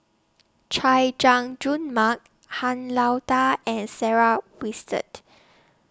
Chay Jung Jun Mark Han Lao DA and Sarah Winstedt